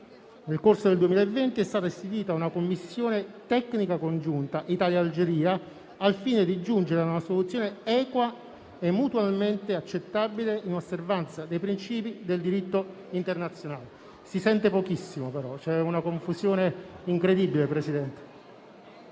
Nel corso del 2020 è stata istituita una commissione tecnica congiunta tra Italia e Algeria al fine di giungere a una soluzione equa e mutualmente accettabile in osservanza dei principi del diritto internazionale. *(Brusio).* Presidente, si sente pochissimo; c'è una confusione incredibile. Il disegno